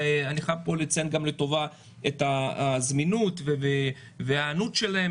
ואני חייב פה לציין גם לטובה את הזמינות וההיענות שלהם.